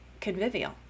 convivial